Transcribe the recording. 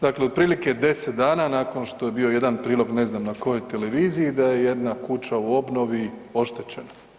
Dakle, otprilike 10 dana nakon što je bio jedan prilog ne znam na kojoj televiziji da je jedna kuća u obnovi oštećena.